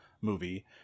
movie